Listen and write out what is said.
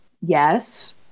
Yes